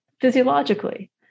physiologically